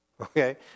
Okay